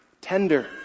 Tender